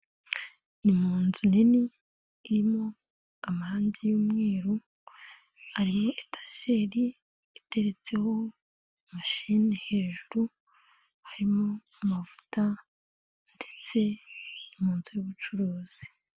Ni munzu nini irimo amarangi y'umweru, harimo etajeri iteretseho mashini hejuru, harimo amavuta ndetse ni mu nzu y'ubucuruzi.